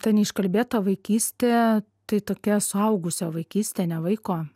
ta neiškalbėta vaikystė tai tokia suaugusio vaikystė ne vaiko